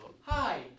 Hi